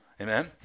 Amen